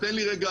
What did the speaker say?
תן לי רגע,